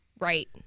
Right